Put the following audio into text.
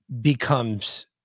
becomes